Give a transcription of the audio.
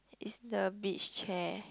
is the beach chair